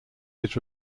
his